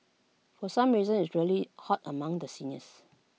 for some reason is really hot among the seniors